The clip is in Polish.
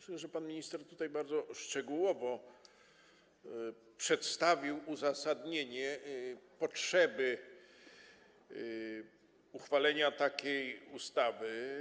Czuję, że pan minister tutaj bardzo szczegółowo przedstawił uzasadnienie potrzeby uchwalenia takiej ustawy.